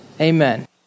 Amen